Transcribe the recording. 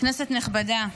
כנסת נכבדה,